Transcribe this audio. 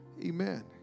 Amen